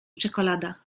czekolada